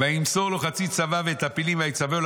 "וימסור לו חצי צבא ואת הפילים ויצווהו